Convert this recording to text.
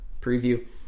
preview